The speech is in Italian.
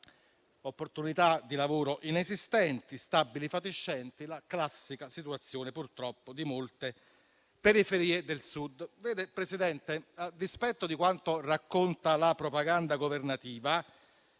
Opportunità di lavoro inesistenti, stabili fatiscenti, la classica situazione, purtroppo, di molte periferie del Sud. Vede, Presidente, a dispetto di quanto racconta la propaganda governativa,